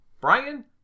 Brian